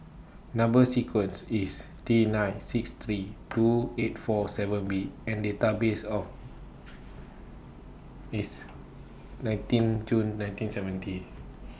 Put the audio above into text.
Number sequence IS T nine six three two eight four seven B and Date birth of IS nineteen June nineteen seventy